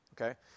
okay